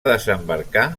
desembarcar